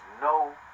no